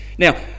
Now